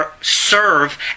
serve